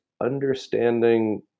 understanding